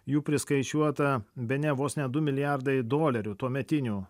jų priskaičiuota bene vos ne du milijardai dolerių tuometinių